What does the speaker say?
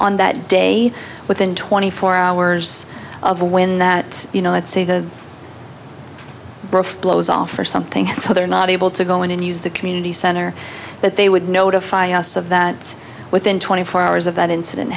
on that day within twenty four hours of when that you know let's say the roof blows off or something so they're not able to go in and use the community center but they would notify us of that within twenty four hours of that incident